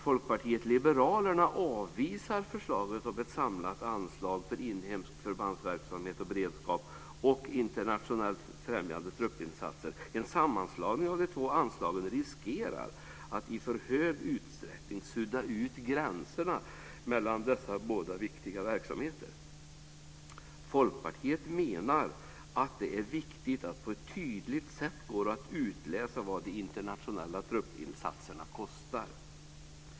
Folkpartiet liberalerna avvisar förslaget om ett samlat anslag för inhemsk förbandsverksamhet och beredskap och internationella fredsfrämjande truppinsatser. En sammanslagning av de två anslagen riskerar att i för stor utsträckning sudda ut gränserna mellan dessa båda viktiga verksamheter. Folkpartiet menar att det är viktigt att det tydligt går att utläsa vad de internationella truppinsatserna kostar.